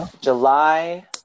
July